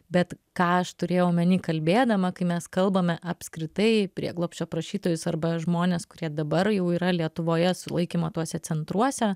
bet ką aš turėjau omeny kalbėdama kai mes kalbame apskritai prieglobsčio prašytojus arba žmones kurie dabar jau yra lietuvoje sulaikymo tuose centruose